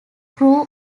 crew